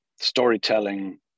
Storytelling